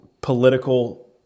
political